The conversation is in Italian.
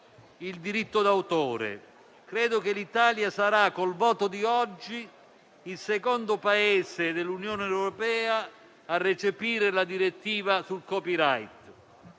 il diritto d'autore. Credo che l'Italia sarà con il voto di oggi il secondo Paese dell'Unione europea a recepire la direttiva sul *copyright*.